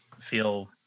feel